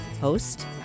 Host